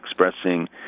expressing